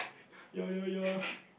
ya ya ya